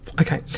Okay